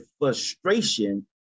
frustration